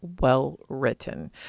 well-written